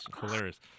hilarious